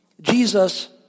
Jesus